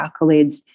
accolades